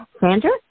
Sandra